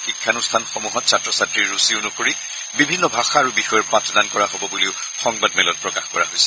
শিক্ষানুষ্ঠানসমূহত ছাত্ৰ ছাত্ৰীৰ ৰুচি অনুসৰি বিভিন্ন ভাষা আৰু বিষয়ৰ পাঠদান কৰা হ'ব বুলিও সংবাদমেলত প্ৰকাশ কৰা হৈছে